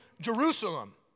Jerusalem